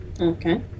Okay